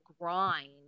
grind